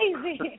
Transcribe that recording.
crazy